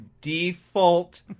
default